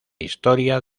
historia